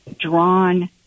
drawn